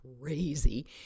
crazy